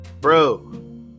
Bro